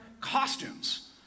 costumes